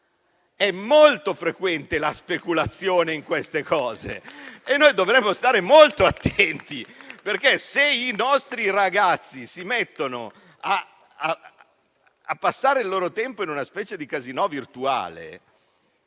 è molto frequente la speculazione in questi ambiti. Noi dovremmo stare molto attenti, perché, se i nostri ragazzi iniziano a trascorrere il loro tempo in una specie di casinò virtuale,